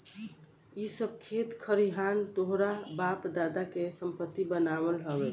इ सब खेत खरिहान तोहरा बाप दादा के संपत्ति बनाल हवे